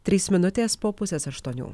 trys minutės po pusės aštuonių